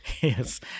yes